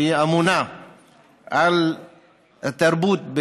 שאמונה על התרבות,